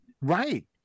Right